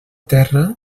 terra